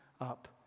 up